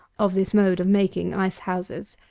of this mode of making ice-houses.